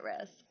risk